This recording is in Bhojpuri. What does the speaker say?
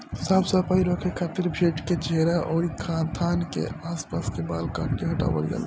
साफ सफाई रखे खातिर भेड़ के चेहरा अउरी थान के आस पास के बाल काट के हटावल जाला